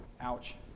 Ouch